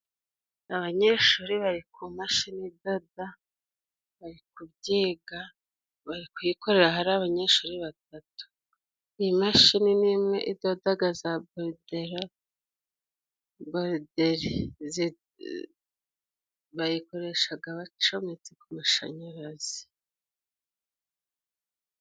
Abanyeshuri bari ku mashini idoda bari kubyiga. barikuyikoreraho ari abanyeshuri batatu. Iyi mashini ni imwe idodaga za borudera baridele bayikoreshaga bacometse ku mashanyarazi.